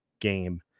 game